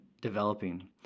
developing